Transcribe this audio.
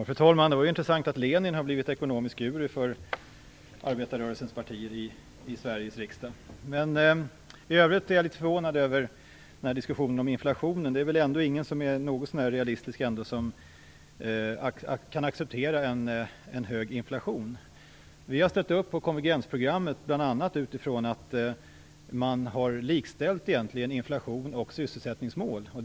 Fru talman! Det var ju intressant att Lenin har blivit ekonomisk guru för arbetarrörelsens partier i Sveriges riksdag. I övrigt är jag litet förvånad över diskussionen om inflationen. Det är väl ändå ingen som är något så när realistisk som kan acceptera en hög inflation. Vi har ställt upp på konvergensprogrammet bl.a. utifrån att man har likställt inflationsoch sysselsättningsmålen.